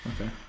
okay